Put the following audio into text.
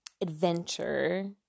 adventure